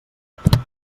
realitat